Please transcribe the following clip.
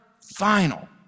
final